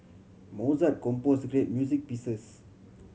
Mozart compose great music pieces